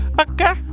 okay